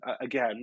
again